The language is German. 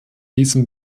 diesem